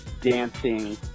dancing